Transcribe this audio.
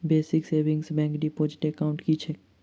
Basic savings bank deposit account की छैक?